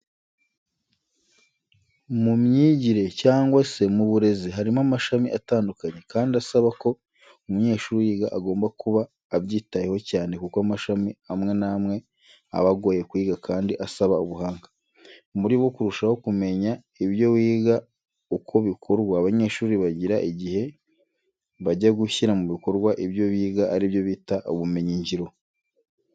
Mu myigire cyangwa se mu burezi, harimo amashami atandukanye kandi asaba ko umunyeshuri uyiga agomba kuba abyitayeho cyane kuko amashami amwe namwe aba agoye kuyiga kandi asaba ubuhanga. Mu buryo bwo kurushaho kumenya ibyo wiga uko bikorwa abanyeshuri bagira igihe bajya gushyira mu bikorwa ibyo biga aribyo bita ubumenyi ngiro.